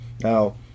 Now